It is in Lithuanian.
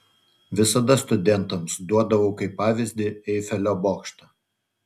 visada studentams duodavau kaip pavyzdį eifelio bokštą